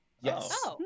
Yes